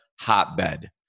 hotbed